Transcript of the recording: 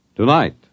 Tonight